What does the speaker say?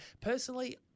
Personally